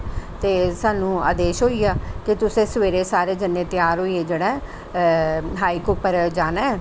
ते स्हानू आदेश होई गेआ कि तुस सवेरे सारे जने त्यार होईयै जाना हाइक उप्पर जाना ऐ